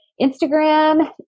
Instagram